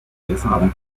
besserer